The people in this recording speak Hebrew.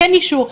כן אישור,